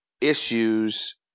issues